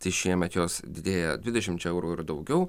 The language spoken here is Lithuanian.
tai šiemet jos didėjo dvidešimčia eurų ir daugiau